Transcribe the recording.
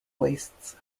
wastes